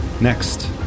Next